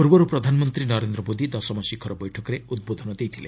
ପୂର୍ବରୁ ପ୍ରଧାନମନ୍ତ୍ରୀ ନରେନ୍ଦ୍ର ମୋଦି ଦଶମ ଶିଖର ବୈଠକରେ ଉଦ୍ବୋଧନ ଦେଇଥିଲେ